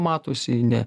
matosi ne